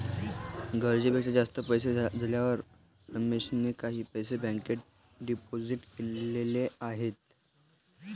गरजेपेक्षा जास्त पैसे झाल्यावर रमेशने काही पैसे बँकेत डिपोजित केलेले आहेत